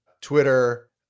Twitter